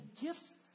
gifts